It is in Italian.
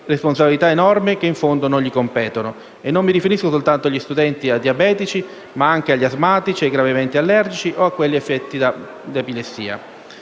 responsabilità enormi che, in fondo, non gli competono, e non mi riferisco soltanto agli studenti diabetici ma anche agli asmatici, ai gravemente allergici o a quelli affetti da epilessia.